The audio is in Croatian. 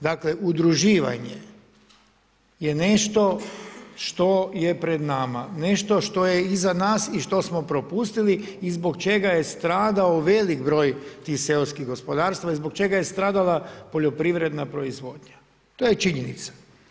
Dakle, udruživanje je nešto što je pred nama, nešto što je iza nas i što smo propustili i zbog čega je stradao veliki broj tih seoskih gospodarstva i zbog čega je stradala poljoprivredna proizvodnja, to je činjenica.